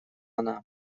она